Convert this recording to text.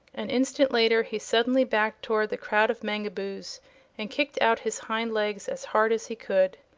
an instant later he suddenly backed toward the crowd of mangaboos and kicked out his hind legs as hard as he could.